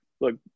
look